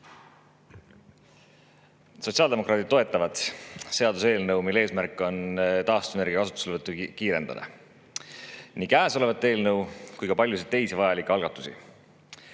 Sotsiaaldemokraadid toetavad seaduseelnõu, mille eesmärk on taastuvenergia kasutuselevõttu kiirendada. Toetame nii käesolevat eelnõu kui ka paljusid teisi vajalikke algatusi.